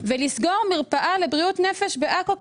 ולסגור מרפאה לבריאות נפש בעכו,